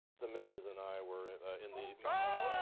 the mrs. and i were in the. ooohhh!